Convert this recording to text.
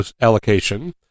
allocation